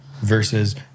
versus